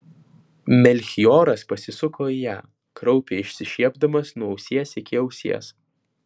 melchioras pasisuko į ją kraupiai išsišiepdamas nuo ausies iki ausies